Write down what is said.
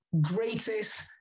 greatest